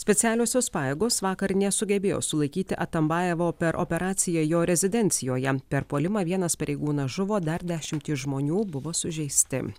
specialiosios pajėgos vakar nesugebėjo sulaikyti atambajevo per operaciją jo rezidencijoje per puolimą vienas pareigūnas žuvo dar dešimtys žmonių buvo sužeisti